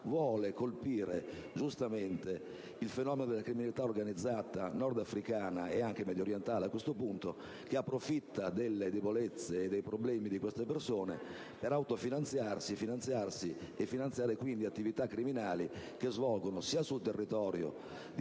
vuole colpire giustamente il fenomeno della criminalità organizzata nordafricana, e anche mediorientale, che approfitta delle debolezze e dei problemi di queste persone per autofinanziarsi e finanziare quindi le attività criminali che esse svolgono, sia sul territorio di